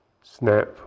snap